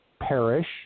perish